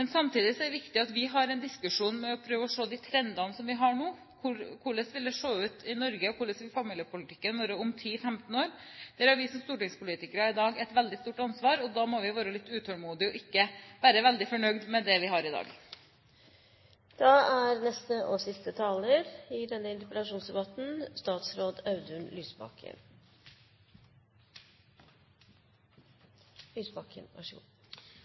samtidig er det viktig at vi har en diskusjon der vi prøver å se de trendene som vi har nå. Hvordan vil det se ut i Norge – og hvordan vil familiepolitikken være – om 10–15 år? Der har vi som stortingspolitikere i dag et veldig stort ansvar, og da må vi være litt utålmodige og ikke være veldig fornøyd med det vi har i dag. Dette har vært en god debatt. Jeg kan forsikre om at årsaken til at vi har den, ikke er